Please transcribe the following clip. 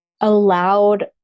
allowed